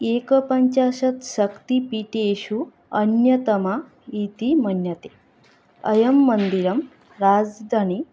एकपञ्चाशत् शक्तिपीठेषु अन्यतमा इति मन्यते अयं मन्दिरं राजधानी